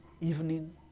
evening